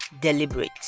deliberate